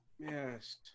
Yes